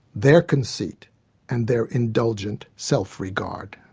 their conceit and their indulgent self-regard.